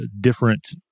different